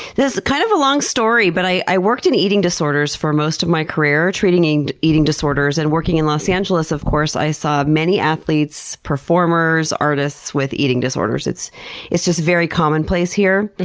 kind of a long story, but i i worked in eating disorders for most of my career. treating and eating disorders and working in los angeles, of course, i saw many athletes, performers, artists with eating disorders. it's it's just very commonplace here,